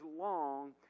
long